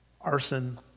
arson